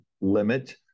limit